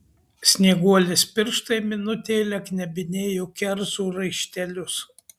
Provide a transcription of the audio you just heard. snieguolės pirštai minutėlę knebinėjo kerzų raištelius